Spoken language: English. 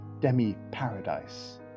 demi-paradise